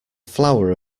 flower